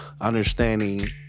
understanding